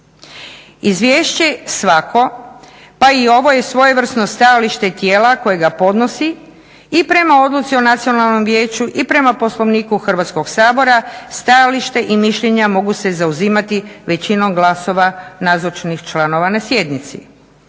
Izvješće svako pa i ovo je svojevrsno stajalište tijela koje ga podnosi i prema odluci o nacionalnom vijeću i prema Poslovniku Hrvatskog sabora stajališta i mišljenja mogu se zauzimati većinom glasova nazočnih članova na sjednici.